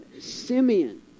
Simeon